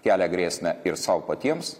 kelia grėsmę ir sau patiems